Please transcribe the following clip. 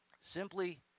simply